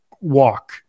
walk